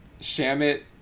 Shamit